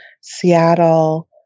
Seattle